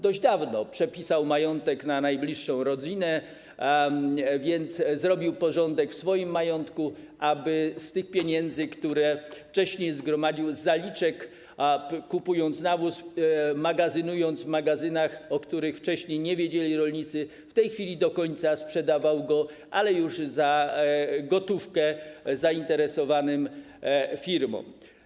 Dość dawno przepisał majątek na najbliższą rodzinę, więc zrobił porządek w swoim majątku, z tych pieniędzy, które wcześniej zgromadził z zaliczek, kupował nawóz, magazynował go w magazynach, o których wcześniej rolnicy nie wiedzieli, a w tej chwili do końca sprzedawał go, ale już za gotówkę, zainteresowanym firmom.